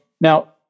Now